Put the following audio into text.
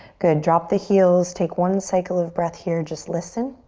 good, drop the heels. take one cycle of breath here. just listen.